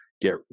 get